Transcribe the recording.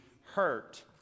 hurt